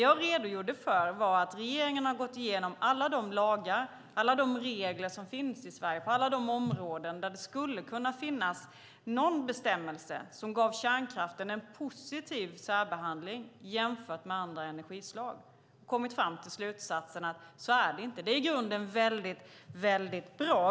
Jag redogjorde för att regeringen har gått igenom alla de lagar och regler som finns i Sverige på alla de områden där det skulle kunna finnas någon bestämmelse som gav kärnkraften en positiv särbehandling jämfört med andra energislag. Vi har kommit fram till slutsatsen att så är det inte. Det är i grunden mycket bra.